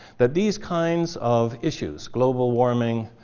that these kinds of issues, global warming,